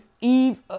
eve